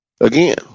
Again